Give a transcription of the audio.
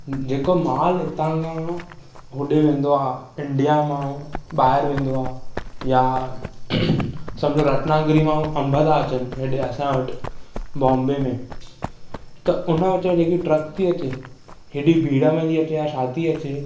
जेको महिल हितां खां होॾे वेंदो आहे इंडिया मां ॿाहिरि वेंदो आहे या समुझो रतनागिरी मां अम्बु अचनि हेॾे असांजे वटि बोम्बे में त हुन विच में जेकी ट्रक थी अचे हेॾी भीड़ में थी अचे या छा थी अचे